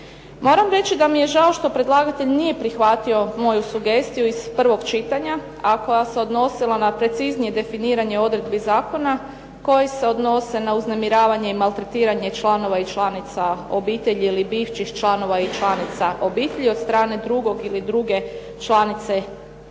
Moram reći da mi je žao što predlagatelj nije prihvatio moju sugestiju iz prvog čitanja a koja se odnosila na preciznije definiranje odredbi Zakona koji se odnose na uznemiravanje ili maltretiranje članova i članica obitelji ili bivših članova ili članica obitelji od strane drugog ili druge članice ili